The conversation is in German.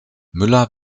müller